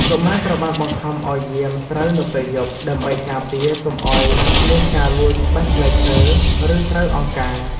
កុមារត្រូវបានបង្ខំឱ្យយាមស្រូវនៅពេលយប់ ដើម្បីការពារកុំឱ្យមានការលួចបេះផ្លែឈើ ឬស្រូវអង្គការ។